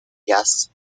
jazz